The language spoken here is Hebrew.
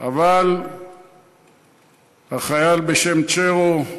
אבל החייל, צ'רו,